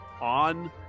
on